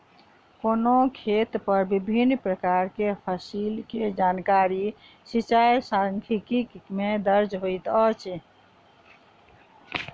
कोनो खेत पर विभिन प्रकार के फसिल के जानकारी सिचाई सांख्यिकी में दर्ज होइत अछि